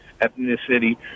ethnicity